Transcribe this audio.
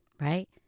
right